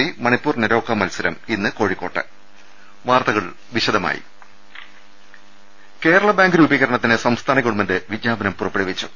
C Manipur Neroca മത്സരം ഇന്ന് കോഴിക്കോട്ട് രുട്ട്ട്ട്ട്ട്ട്ട കേരള ബാങ്ക് രൂപീകരണത്തിന് സംസ്ഥാന ഗവൺമെന്റ് വിജ്ഞാപനം പുറപ്പെടുവിച്ചു